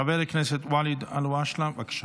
חבר הכנסת ואליד אלהואשלה, בבקשה.